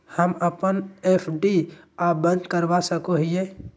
हम अप्पन एफ.डी आ बंद करवा सको हियै